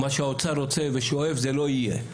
מה שהאוצר רוצה ושואף זה לא יהיה,